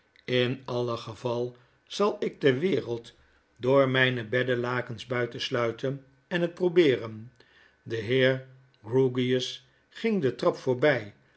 in alle geval zal ik de wereld door myne beddelakens buiten sluiten en het probeeren de heer grewgious ging de trap voorby